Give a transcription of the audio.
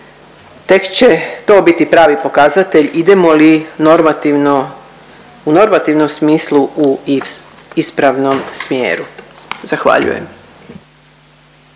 tek će to biti pravi pokazatelj idemo li normativno u normativnom smislu u ispravnom smjeru. Zahvaljujem.